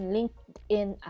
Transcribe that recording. LinkedIn